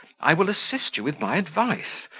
i will assist you with my advice,